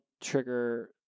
trigger